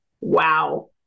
wow